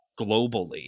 globally